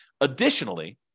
Additionally